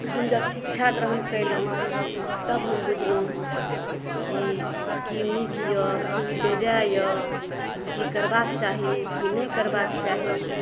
हम जब शिक्षा ग्रहण केलहुँ तब हम बुझलहुँ कि की नीक अइ की बेजाइ अइ की करबाके चाही की नहि करबाके चाही